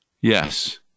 Yes